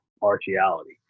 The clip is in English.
partiality